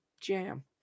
jam